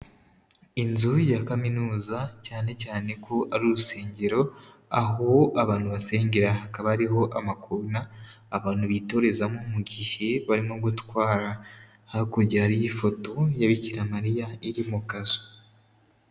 Inzu ya kaminuza cyane cyane ko ari urusengero, aho abantu basengera hakaba hariho amakona abantu bitorezamo mu gihe barimo gutwara. Hakurya hariyo ifoto ya Bikira Mariya iri mu kazu.